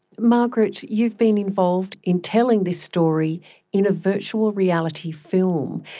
margaret, you've been involved in telling this story in a virtual reality film.